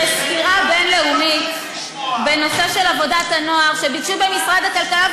בסקירה בין-לאומית בנושא עבודת הנוער שביקשו במשרד הכלכלה,